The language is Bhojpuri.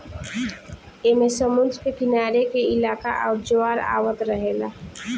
ऐमे समुद्र के किनारे के इलाका आउर ज्वार आवत रहेला